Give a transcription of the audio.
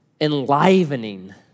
enlivening